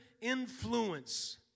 influence